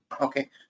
Okay